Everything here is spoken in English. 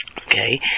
Okay